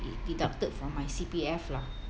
they deducted from my C_P_F lah